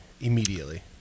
immediately